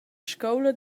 scoula